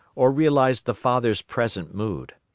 or realized the father's present mood.